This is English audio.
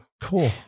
Cool